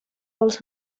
also